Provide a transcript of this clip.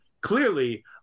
clearly